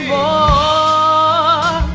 oh